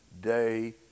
day